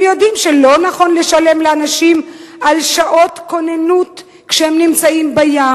הם יודעים שלא נכון לשלם לאנשים על שעות כוננות כשהם נמצאים בים.